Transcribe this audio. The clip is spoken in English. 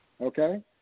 Okay